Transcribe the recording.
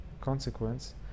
consequence